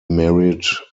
married